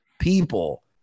people